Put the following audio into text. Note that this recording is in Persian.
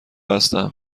هستم